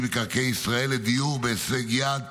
שהיא מקרקעי ישראל לדיור בהישג יד,